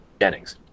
Jennings